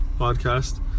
podcast